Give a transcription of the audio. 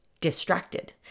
distracted